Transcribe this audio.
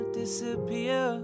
disappear